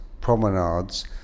promenades